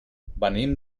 venim